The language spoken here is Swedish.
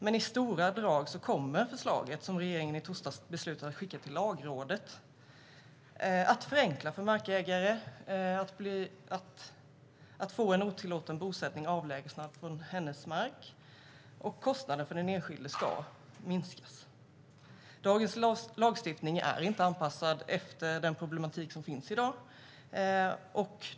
Men i stora drag kommer förslaget, som regeringen i torsdags beslutade att skicka till Lagrådet, att förenkla för markägare att få en otillåten bosättning avlägsnad från sin mark. Kostnaderna för den enskilde ska minskas. Dagens lagstiftning är inte anpassad efter den problematik som finns i dag.